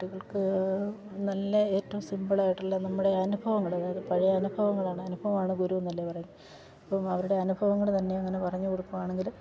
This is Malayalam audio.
കുട്ടികൾക്ക് നല്ല ഏറ്റവും സിമ്പിളായിട്ടുള്ള നമ്മുടെ അനുഭവങ്ങൾ പഴയ അനുഭവങ്ങളാണ് അനുഭവാണ് ഗുരുയെന്നല്ലെ പറയുന്നത് അപ്പം അവരുടെ അനുഭവങ്ങൾ തന്നെ അങ്ങനെ പറഞ്ഞു കൊടുക്കുകയാണെങ്കിൽ